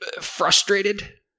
frustrated